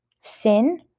Sin